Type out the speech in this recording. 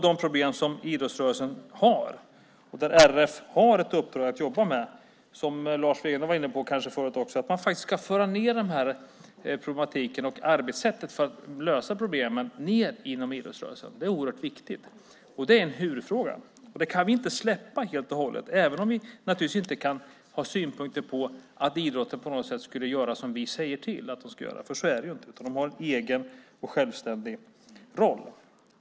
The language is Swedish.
De problem som idrottsrörelsen har, som RF har i uppdrag att jobba med, vilket Lars Wegendal var inne på, kanske fordrar att man för ned problematiken och arbetssättet inom idrottsrörelsen för att nå en lösning. Det är oerhört viktigt. Det är en huvudfråga. Den kan vi inte släppa helt och hållet, även om vi naturligtvis inte kan ha synpunkter på att idrotten på något sätt ska göra som vi säger att man ska göra. Så är det inte. De har en egen och självständig roll.